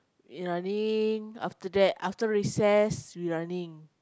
running after that after recess we running